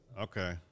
okay